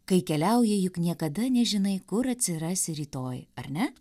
kai keliauji juk niekada nežinai kur atsirasi rytoj ar ne